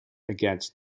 against